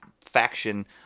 faction